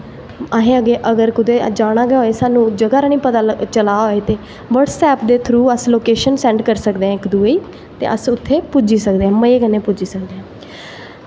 असें अगर कुदै जाना गै होऐ ते सानूं जगह् दा पता निं चला दा होऐ ते व्हाट्सएप्प दे थ्रू अस लोकेशन सेंड करी सकदे इक दूऐ ई ते अस उत्थें पुज्जी सकदे आं मजे कन्नै पुज्जी सकदे आं